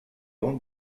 uns